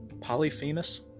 polyphemus